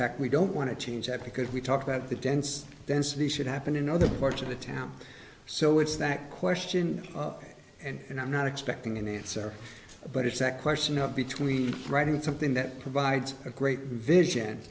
fact we don't want to change that because we talk about the dense density should happen in other parts of the town so it's that question and i'm not expecting an answer but it's that question of between writing something that provides a great vision